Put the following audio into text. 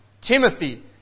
Timothy